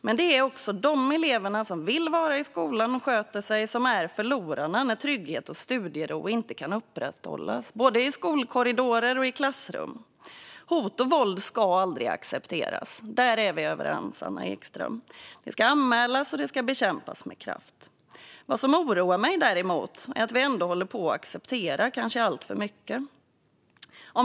Men det är de eleverna som vill vara i skolan och sköter sig som är förlorarna när trygghet och studiero inte kan upprätthållas i skolkorridorer och i klassrum. Hot och våld ska aldrig accepteras. Där är vi överens, Anna Ekström. Hot och våld ska anmälas och bekämpas med kraft. Vad som däremot oroar mig är att vi ändå accepterar alltför mycket.